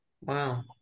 Wow